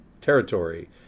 territory